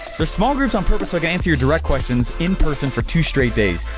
the small groups on purpose against your direct questions in person for two straight days.